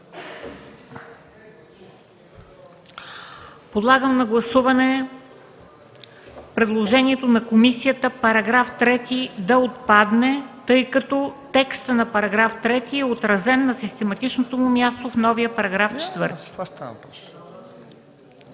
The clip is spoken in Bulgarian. Подлагам на гласуване предложението на комисията § 3 да отпадне, тъй като текстът на § 3 е отразен на систематичното му място в новия § 4.